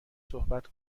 صحبت